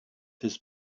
his